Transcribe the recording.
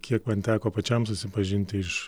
kiek man teko pačiam susipažinti iš